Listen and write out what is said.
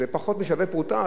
זה פחות משווה פרוטה,